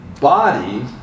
body